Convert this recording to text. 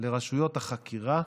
לרשויות החקירה,